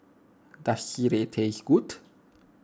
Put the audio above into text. does Sireh taste good